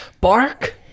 Bark